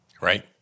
Right